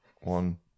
One